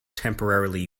temporarily